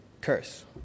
curse